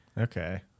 Okay